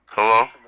Hello